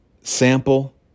Sample